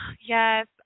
yes